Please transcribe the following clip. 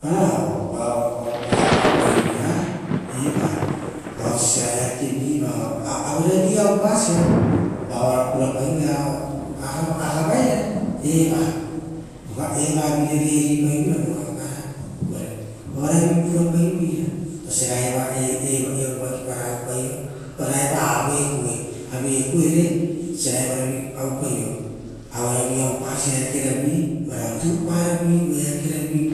varao oara auepaioveira eva vao oisia eakevi va aurovi ia upasia, vao oa purapai voea o agavairara uva evavire riri paiveira vo rogaparo. Oaravivu pura paioveira oisia oranu evo vaki para aueparo eva avee kue, oisira evaravi auerovi ia oupasa eakeravi, tu para, vi oo eakeravi,